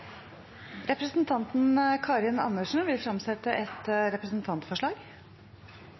Representanten Karin Andersen vil fremsette et representantforslag.